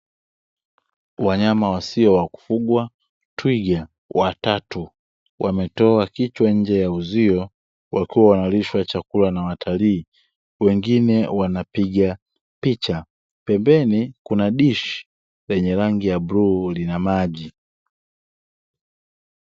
Wanyama wasio wakufugwa, twiga watatu wametoa kichwa nje ya uzio, wakiwa wanalishwa chakula na watalii, wengine wanapiga picha. Pembeni kuna dishi lenye rangi ya bluu lina maji.